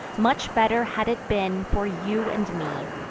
much better had it been for you and me,